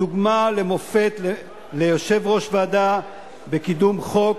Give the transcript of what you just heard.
דוגמה ומופת ליושב-ראש ועדה בקידום חוק,